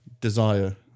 desire